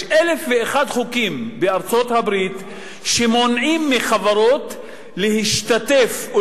יש אלף ואחד חוקים בארצות-הברית שמונעים מחברות להשתתף או